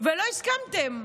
ולא הסכמתם.